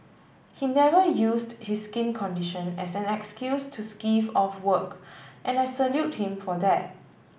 he never used his skin condition as an excuse to skive off work and I salute him for that